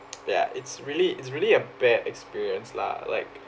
ya it's really it's really a bad experience lah like